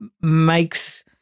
makes